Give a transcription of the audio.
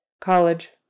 college